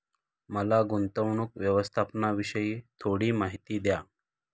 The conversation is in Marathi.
मला गुंतवणूक व्यवस्थापनाविषयी थोडी माहिती द्या